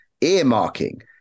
earmarking